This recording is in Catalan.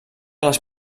les